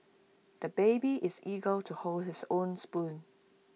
the baby is eager to hold his own spoon